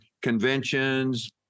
conventions